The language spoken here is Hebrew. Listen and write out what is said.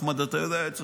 אחמד, אתה יודע את זה.